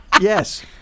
yes